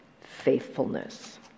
faithfulness